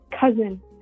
cousin